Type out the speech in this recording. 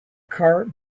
cart